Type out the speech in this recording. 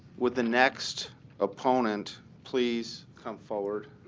would the next opponent please come forward?